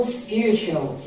spiritual